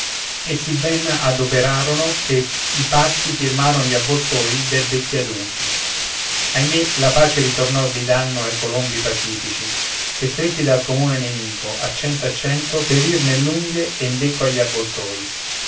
e sì ben adoprarono che i patti firmaron gli avvoltoi dai becchi adunchi ahimè la pace ritornò di danno ai colombi pacifici che stretti dal comune nemico a cento a cento perr nell'unghie e in becco agli avvoltoi